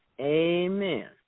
Amen